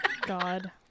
God